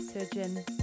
Surgeon